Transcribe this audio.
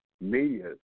media